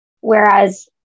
Whereas